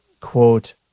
quote